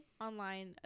online